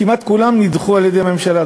כמעט כולם נדחו על-ידי הממשלה,